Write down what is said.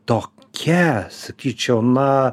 tokia sakyčiau na